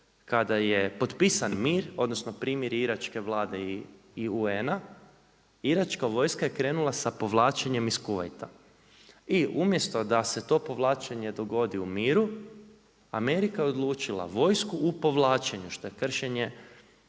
kada je potpisan mir, odnosno primjere Iračke Vlade i UN-a, Iračka vojska je krenula sa povlačenjem iz Kuvajta. I umjesto da se to povlačenje dogodi u miru, Amerika je odlučila vojsku u povlačenju, što je kršenje